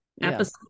episode